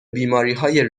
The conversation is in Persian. بیماریهای